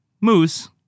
moose